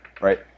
right